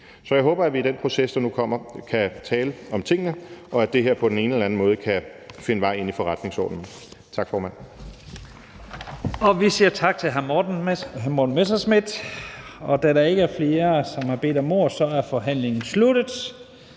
Så jeg håber, at vi i den proces, der nu kommer, kan tale om tingene, og at det her på den ene eller anden måde kan finde vej ind i forretningsordenen. Tak, formand. Kl. 11:25 Første næstformand (Leif Lahn Jensen): Vi siger tak til hr. Morten Messerschmidt. Da der ikke er flere, som har bedt om ordet, er forhandlingen sluttet.